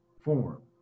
form